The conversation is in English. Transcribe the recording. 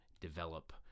develop